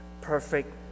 perfect